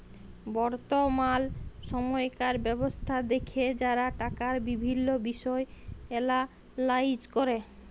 বর্তমাল সময়কার ব্যবস্থা দ্যাখে যারা টাকার বিভিল্ল্য বিষয় এলালাইজ ক্যরে